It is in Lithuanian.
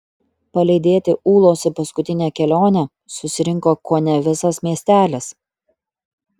palydėti ūlos į paskutinę kelionę susirinko kone visas miestelis